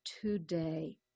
today